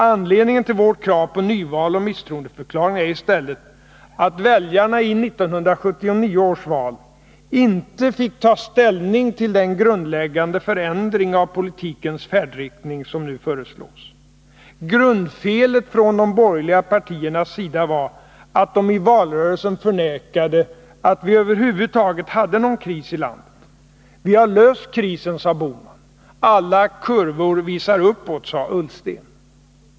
Anledningen till vårt krav på nyval och misstroendeförklaring är i stället att väljarna i 1979 års val inte fick ta ställning till den grundläggande förändring av politikens färdriktning som nu föreslås. Grundfelet från de borgerliga partiernas sida var att de i valrörelsen förnekade att vi över huvud taget hade någon kris i landet. Vi har löst krisen, sa Bohman, alla kurvor visar uppåt, sa Ullsten.